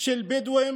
של בדואים